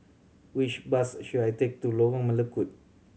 which bus should I take to Lorong Melukut